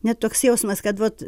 net toks jausmas kad vot